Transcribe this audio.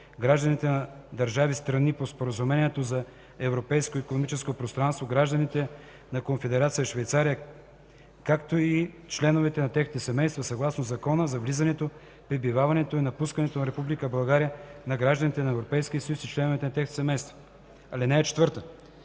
гражданите на държави – страни по Споразумението за Европейското икономическо пространство, гражданите на Конфедерация Швейцария, както и членовете на техните семейства, съгласно Закона за влизането, пребиваването и напускането на Република България на гражданите на Европейския съюз и членовете на техните семейства. (4) Дирекция